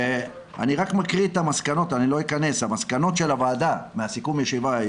ואני מקריא את מסקנות הוועדה מסיכום הישיבה: